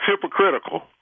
hypocritical